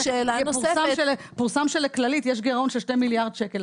פורסם שלכללית יש גירעון של 2 מיליארד שקל,